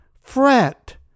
fret